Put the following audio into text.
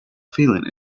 feeling